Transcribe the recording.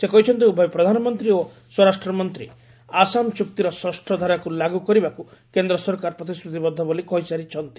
ସେ କହିଛନ୍ତି ଉଭୟ ପ୍ରଧାନମନ୍ତ୍ରୀ ଓ ସ୍ୱରାଷ୍ଟ୍ରମନ୍ତ୍ରୀ ଆସାମ ଚୁକ୍ତିର ଷଷ୍ଠ ଧାରାକୁ ଲାଗୁ କରିବାକୁ କେନ୍ଦ୍ର ସରକାର ପ୍ରତିଶ୍ରତିବଦ୍ଧ ବୋଲି କହିସାରିଛନ୍ତି